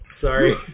Sorry